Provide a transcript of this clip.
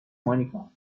مونیکا